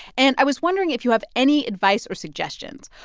and i was wondering if you have any advice or suggestions.